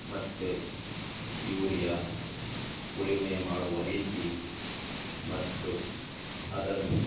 ಮತ್ತು ಯೂರಿಯಾ ಉಳುಮೆ ಮಾಡುವ ರೀತಿ ಮತ್ತು ಅದನ್ನು